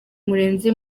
murenzi